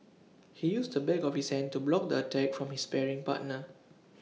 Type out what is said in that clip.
he used the back of his hand to block the attack from his sparring partner